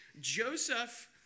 Joseph